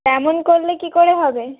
এমন করলে কী করে হবে